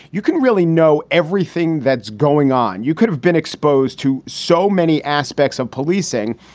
you can really know everything that's going on. you could have been exposed to so many aspects of policing.